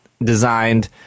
designed